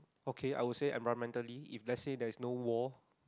okay I will say environmentally if let's say there is no war